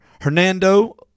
Hernando